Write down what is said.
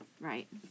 Right